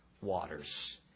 waters